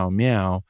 meow